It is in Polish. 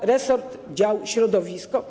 A resort, dział środowisko?